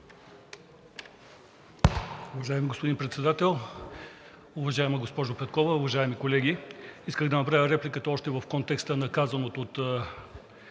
Уважаеми господин Председател, уважаема госпожо Петкова, уважаеми колеги! Исках да направя репликата още в контекста на казаното от